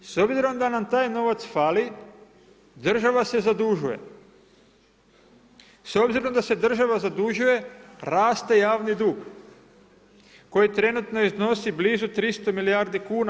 S obzirom da nam taj novac fali, država se zadužuje, s obzirom da se država zadužuje raste javni dug, koji trenutno iznosi blizu 300 milijardi kuna.